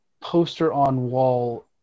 poster-on-wall